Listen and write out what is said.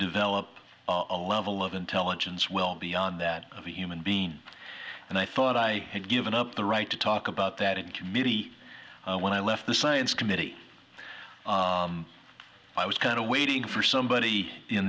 develop a level of intelligence well beyond that of a human being and i thought i had given up the right to talk about that in committee when i left the science committee i was kind of waiting for somebody in